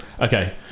okay